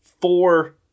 four